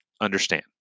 understand